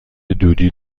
دودی